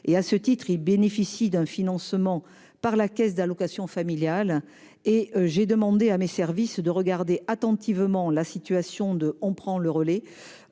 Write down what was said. À ce titre, il bénéficie d'un financement par la caisse d'allocations familiales (CAF). J'ai demandé à mes services de regarder attentivement la situation de ce dispositif auprès de